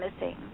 missing